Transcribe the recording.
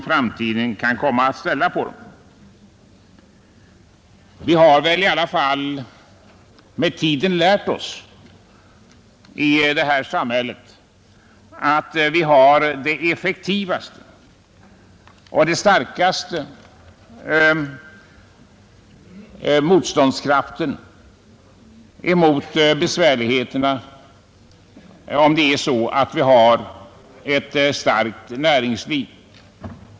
Vi har väl ändå i detta samhälle med tiden lärt oss att vi har den största motståndskraften mot besvärligheter om vi har ett starkt näringsliv.